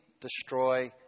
destroy